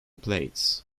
plates